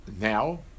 now